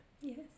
Yes